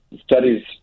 studies